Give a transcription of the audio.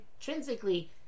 intrinsically